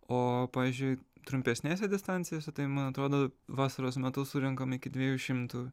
o pavyzdžiui trumpesnėse distancijose tai man atrodo vasaros metu surenkam iki dviejų šimtų